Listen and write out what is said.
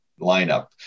lineup